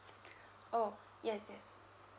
oh yes yes